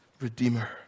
redeemer